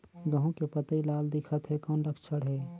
गहूं के पतई लाल दिखत हे कौन लक्षण हे?